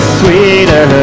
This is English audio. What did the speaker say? sweeter